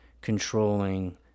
controlling